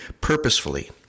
purposefully